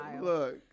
Look